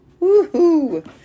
Woohoo